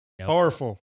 Powerful